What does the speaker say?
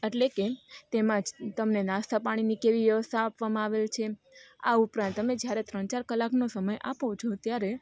એટલે કે તેમાં તમને નાશ્તા પાણીની કેવી વ્યવસ્થા આપવામાં આવેલ છે આ ઉપરાંત તમે જ્યારે ત્રણ ચાર કલાકનો સમય આપો છો ત્યારે